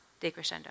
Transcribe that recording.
decrescendo